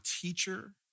teacher